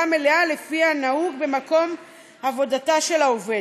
מלאה לפי הנהוג במקום עבודתה של העובדת.